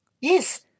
Yes